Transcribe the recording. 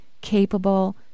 capable